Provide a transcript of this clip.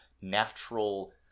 natural